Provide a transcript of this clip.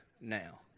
now